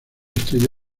estrella